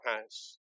house